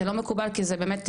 זה לא מקובל כי זה באמת,